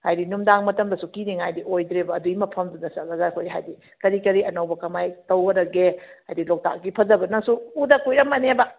ꯍꯥꯏꯗꯤ ꯅꯨꯡꯗꯥꯡ ꯃꯇꯝꯗꯁꯨ ꯀꯤꯅꯤꯉꯥꯏꯗꯤ ꯑꯣꯏꯗ꯭ꯔꯦꯕ ꯑꯗꯨꯏ ꯃꯐꯝꯗꯨꯗ ꯆꯠꯂꯒ ꯑꯩꯈꯣꯏ ꯍꯥꯏꯗꯤ ꯀꯔꯤ ꯀꯔꯤ ꯑꯅꯧꯕ ꯀꯃꯥꯏꯅ ꯇꯧꯒꯗꯒꯦ ꯍꯥꯏꯗꯤ ꯂꯣꯛꯇꯥꯛꯀꯤ ꯐꯖꯕ ꯅꯪꯁꯨ ꯎꯗ ꯀꯨꯏꯔꯝꯃꯅꯦꯕ